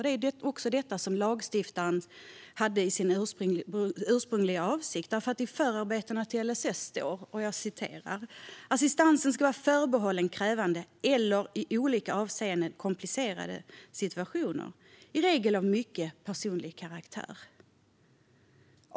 Det är också detta som lagstiftaren hade med i sin ursprungliga avsikt. I förarbetena till LSS står: Assistansen ska vara förbehållen krävande eller i olika avseenden komplicerade situationer, i regel av mycket personlig karaktär.